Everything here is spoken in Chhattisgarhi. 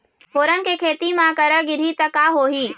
फोरन के खेती म करा गिरही त का होही?